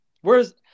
Whereas